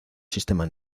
sistema